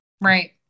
right